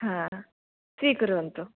हा स्वीकुर्वन्तु